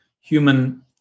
human